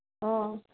অ'